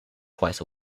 twice